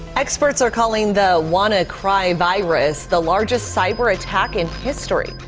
experts are calling the wannacry virus the largest cyber-attack in history,